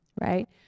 right